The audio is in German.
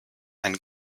ein